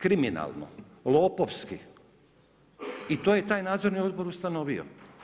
Kriminalno, lopovski i to je taj nadzorni odbor ustanovio.